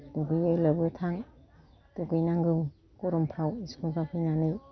दुगैयै लोबै थां दुगैनांगौ गरमफ्राव स्कुलनिफ्राय फैनानै